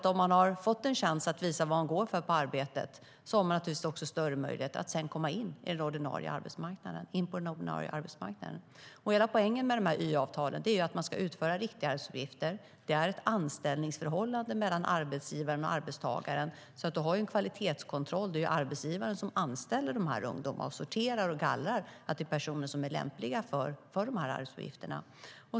Om man har fått en chans att visa vad man går för på arbetet har man naturligtvis också större möjligheter att sedan komma in på den ordinarie arbetsmarknaden. Hela poängen med YA-avtalen är att man ska utföra riktiga arbetsuppgifter. Det är ett anställningsförhållande mellan arbetsgivaren och arbetstagaren. Man har en kvalitetskontroll. Det är arbetsgivaren som anställer ungdomarna, sorterar och gallrar och ser till att det är personer som är lämpliga för arbetsuppgifterna.